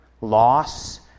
loss